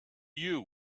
you